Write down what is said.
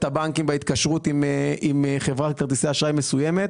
הבנקים בהתקשרות עם חברת כרטיסי אשראי מסוימת,